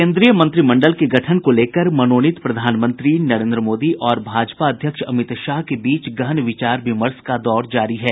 केन्द्रीय मंत्रिमंडल के गठन को लेकर मनोनीत प्रधानमंत्री नरेन्द्र मोदी और भाजपा अध्यक्ष अमित शाह के बीच गहन विचार विमर्श का दौर जारी है